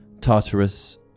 Tartarus